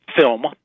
film